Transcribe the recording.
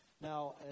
Now